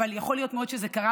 אבל יכול מאוד להיות שזה קרה,